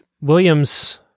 Williams